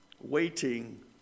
Waiting